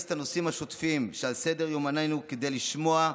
הנושאים השוטפים שעל סדר-יומנו כדי לשמוע,